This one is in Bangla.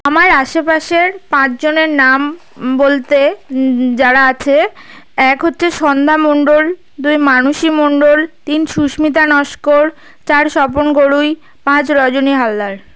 আমার আশেপাশের পাঁচজনের নাম বলতে যারা আছে এক হচ্ছে সন্ধ্যা মণ্ডল দুই মানসী মণ্ডল তিন সুস্মিতা নস্কর চার স্বপন গড়ুই পাঁচ রজনী হালদার